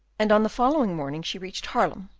and on the following morning she reached haarlem,